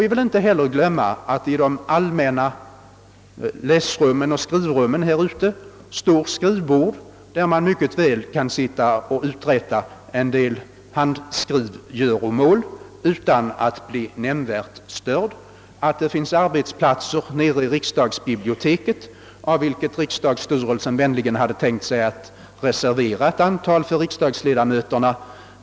Vi får inte heller glömma att i de allmänna läsoch skrivrummen här i riksdagshuset står skrivbord där man mycket väl kan uträtta en del handskrivgöromål utan att bli nämnvärt störd. Det finns också arbetsplatser i riksdagsbiblioteket där biblioteksstyrelsen vänligen hade tänkt sig reservera ett antal platser för riksdagsledamöterna.